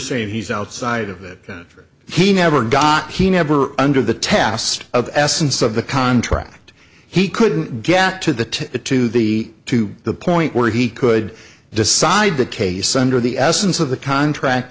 saying he's outside of it for he never got he never under the tast of essence of the contract he couldn't get to the to the to the to the point where he could decide the case under the essence of the contract